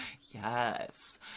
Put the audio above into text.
yes